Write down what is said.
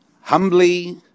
humbly